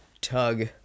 tug